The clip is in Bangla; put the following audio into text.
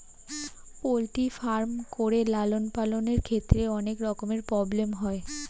পোল্ট্রি ফার্ম করে লালন পালনের ক্ষেত্রে অনেক রকমের প্রব্লেম হয়